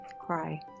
Cry